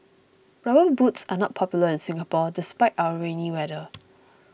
rubber boots are not popular in Singapore despite our rainy weather